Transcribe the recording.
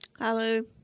hello